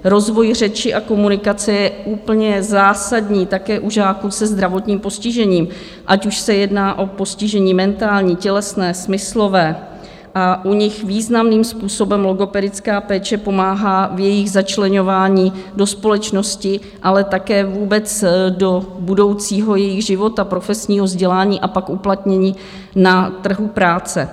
Rozvoj řeči a komunikace je úplně zásadní také u žáků se zdravotním postižením, ať už se jedná o postižení mentální, tělesné, smyslové, a u nich významným způsobem logopedická péče pomáhá v jejich začleňování do společnosti, ale také vůbec do jejich budoucího života, profesního vzdělání a pak uplatnění na trhu práce.